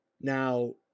now